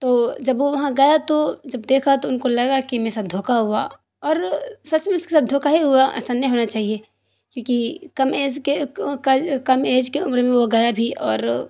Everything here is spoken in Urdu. تو جب وہ وہاں گیا تو جب دیکھا تو ان کو لگا کہ میرے ساتھ دھوکا ہوا اور سچ میں اس کے ساتھ دھوکا ہی ہوا ایسا نئی ہونا چاہیے کیوںکہ کم ایز کے کم ایج کے عمر میں وہ گیا بھی اور